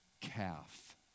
calf